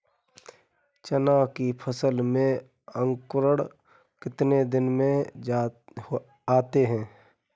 चना की फसल में अंकुरण कितने दिन में आते हैं?